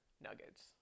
nuggets